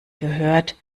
gehört